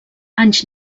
anys